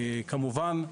כמובן,